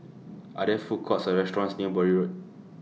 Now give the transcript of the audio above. Are There Food Courts Or restaurants near Bury Road